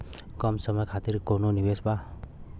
कम समय खातिर कौनो निवेश बा?